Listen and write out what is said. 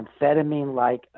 amphetamine-like